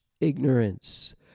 ignorance